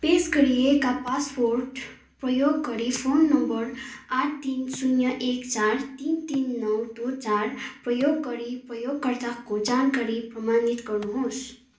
पेस गरिएका पासपोर्ट प्रयोग गरी फोन नम्बर आठ तिन शून्य एक चार तिन तिन नौ दुई चार प्रयोग गरी प्रयोगकर्ताको जानकारी प्रमाणित गर्नुहोस्